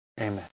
Amen